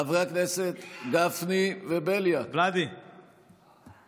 חברי הכנסת גפני ובליאק, אנא.